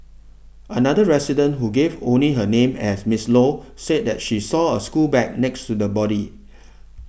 another resident who gave only her name as Miss Low said that she saw a school bag next to the body